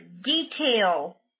detail